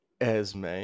Esme